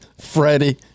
freddie